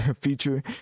feature